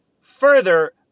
further